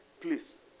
Please